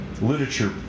Literature